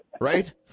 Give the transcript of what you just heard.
right